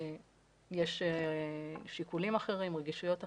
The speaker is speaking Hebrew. יש שיקולים אחרים, רגישויות אחרות,